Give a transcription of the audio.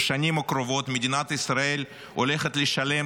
בשנים הקרובות מדינת ישראל הולכת לשלם